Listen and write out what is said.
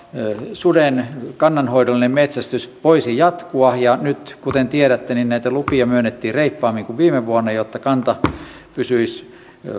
suden kannanhoidollinen metsästys voisi jatkua nyt kuten tiedätte näitä lupia myönnettiin reippaammin kuin viime vuonna jotta kanta pysyisi